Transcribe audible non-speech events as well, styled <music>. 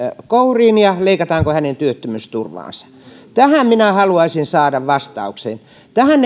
kouriin ja leikataanko hänen työttömyysturvaansa tähän minä haluaisin saada vastauksen tähän <unintelligible>